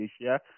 Asia